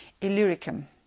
Illyricum